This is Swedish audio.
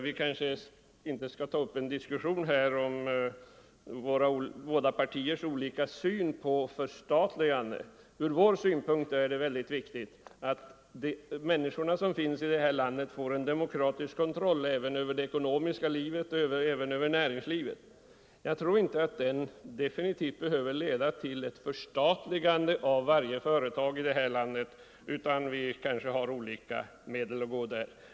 Vi kanske inte bör ta upp en diskussion här om våra partiers olika syn på ett förstatligande. Enligt socialdemokraternas synsätt är det viktigt att människorna i det här landet får en demokratisk kontroll även över det ekonomiska livet och över näringslivet. Jag tror inte att den kontrollen definitivt behöver leda till ett förstatligande av varje företag i landet, utan det finns olika medel som man kan använda.